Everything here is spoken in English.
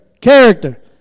Character